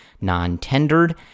non-tendered